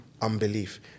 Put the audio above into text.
unbelief